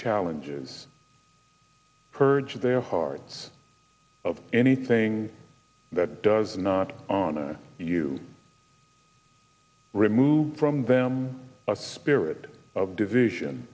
challenges purge their hearts of anything that does not honor you remove from them a spirit of division